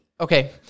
okay